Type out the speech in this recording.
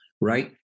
right